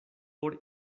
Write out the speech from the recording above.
por